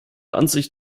ansicht